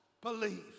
believe